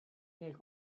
nel